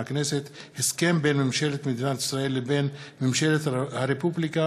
הסכם בין ממשלת מדינת ישראל לבין ממשלת הרפובליקה